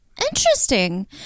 Interesting